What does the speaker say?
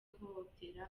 guhohotera